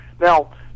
Now